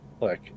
Look